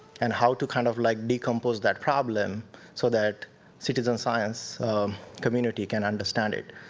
and how to kind of like decompose that problem so that citizen science community can understand it.